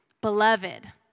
Beloved